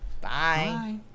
Bye